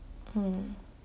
mm